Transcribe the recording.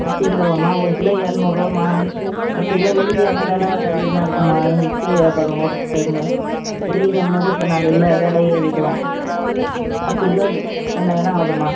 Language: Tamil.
பத்து கிலோவாம்மா ஒரு கிலோ இரநூறுவாம்மா பத்து கிலோ வெள்ளி கிழம விலை வேறு அதிகமாக இருக்குமா எங்களுக்கு பூ வியாபாரம் ஓடுற டைம்மு வெள்ளி கிழம முகூர்த்த நாளில்ல விலையேறிடும் பத்து கிலோ ரெண்டாயிரம் ஆகுதும்மா